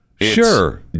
sure